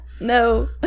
No